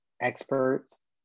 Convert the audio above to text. experts